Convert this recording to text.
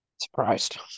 Surprised